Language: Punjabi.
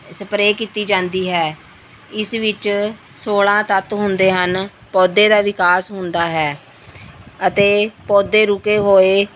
ਸਪਰੇਅ ਕੀਤੀ ਜਾਂਦੀ ਹੈ ਇਸ ਵਿੱਚ ਸੌਲ਼੍ਹਾਂ ਤੱਤ ਹੁੰਦੇ ਹਨ ਪੌਦੇ ਦਾ ਵਿਕਾਸ ਹੁੰਦਾ ਹੈ ਅਤੇ ਪੌਦੇ ਰੁਕੇ ਹੋਏ